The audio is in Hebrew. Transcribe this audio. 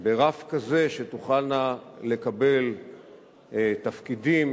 ברף כזה שתוכלנה לקבל תפקידים,